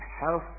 health